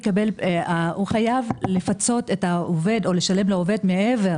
הוא חייב לפצות את העובד או לשלם לעובד מעבר